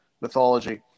mythology